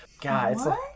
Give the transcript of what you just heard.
God